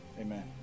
amen